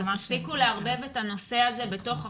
תפסיקו לערבב את הנושא הזה בתוך החוק.